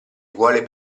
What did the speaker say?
vuole